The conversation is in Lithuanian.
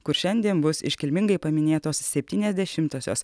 kur šiandien bus iškilmingai paminėtos septyniasdešimtosios